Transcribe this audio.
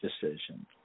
decision